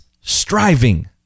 striving